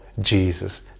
Jesus